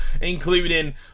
including